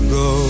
go